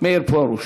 מאיר פרוש.